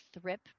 thrip